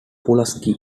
pulaski